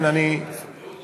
לכן אני מדבר,